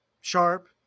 Sharp